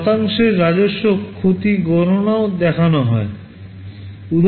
শতাংশের রাজস্ব ক্ষতির গণনাও দেখানো হয়